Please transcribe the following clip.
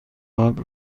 عقب